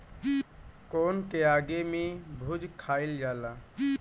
कोन के आगि में भुज के खाइल जाला